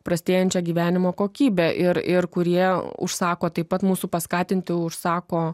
prastėjančią gyvenimo kokybę ir ir kurie užsako taip pat mūsų paskatinti užsako